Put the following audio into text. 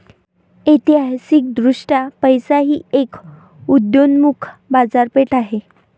ऐतिहासिकदृष्ट्या पैसा ही एक उदयोन्मुख बाजारपेठ आहे